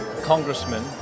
congressman